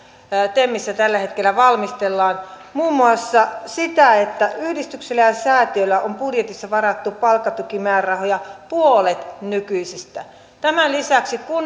temissä tällä hetkellä valmistellaan muun muassa siitä että yhdistyksille ja säätiöille on budjetissa varattu palkkatukimäärärahoja puolet nykyisistä tämän lisäksi